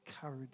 Courage